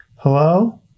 Hello